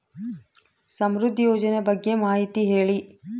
ಸಮೃದ್ಧಿ ಯೋಜನೆ ಬಗ್ಗೆ ಮಾಹಿತಿ ಹೇಳಿ?